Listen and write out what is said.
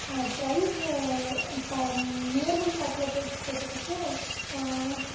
price nearby ஷாப்பில் போய் கேட்டதுக்கு